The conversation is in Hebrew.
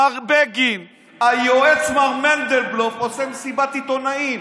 מר בגין, היועץ מר מנדלבלוף עושה מסיבת עיתונאים.